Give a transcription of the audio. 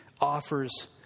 offers